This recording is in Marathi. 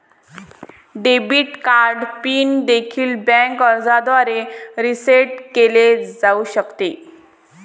डेबिट कार्ड पिन देखील बँक अर्जाद्वारे रीसेट केले जाऊ शकते